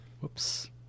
Whoops